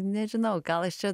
nežinau gal aš čia